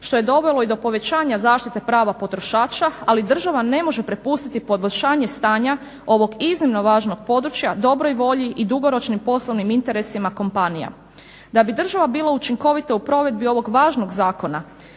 što je dovelo i do povećanja zaštite prava potrošača, ali država ne može prepustiti poboljšanje stanja ovog iznimno važnog područja dobroj volji i dugoročnim poslovnim interesima kompanija. Da bi država bila učinkovita u provedbi ovog važnog zakona